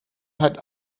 hat